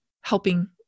helping